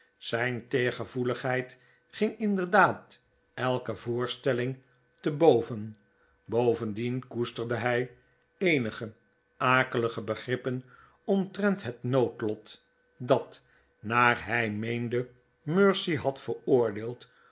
zijn teergevoeligheid ging inderdaad elke voorstelling te boven bovendien koesterde hij eenige akelige begrippen omtrent het noodlot dat haar hij meende mercy had veroordeeld